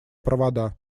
провода